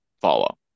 follow